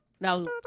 Now